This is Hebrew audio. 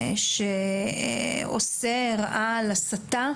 שאוסר על הסתה